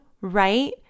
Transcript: right